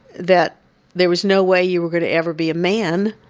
that there was no way you were gonna ever be a man,